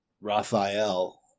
Raphael